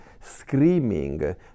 screaming